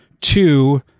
Two